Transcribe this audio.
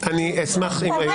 --- היושב-ראש כבר